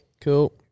cool